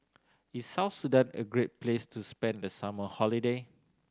is South Sudan a great place to spend the summer holiday